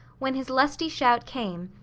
when his lusty shout came,